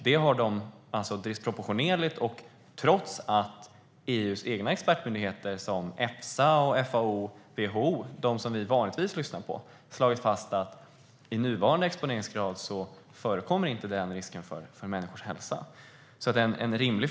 Det är disproportionerligt, och man har det trots att EU:s egen expertmyndighet Efsa samt FAO och WHO - myndigheter som vi vanligtvis lyssnar på - har slagit fast att det inte förekommer någon risk för människors hälsa vid nuvarande exponeringsgrad.